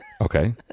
Okay